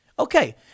Okay